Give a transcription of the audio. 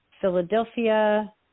Philadelphia